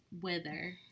weather